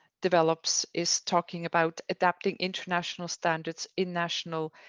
develops, is talking about adapting international standards in national